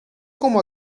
como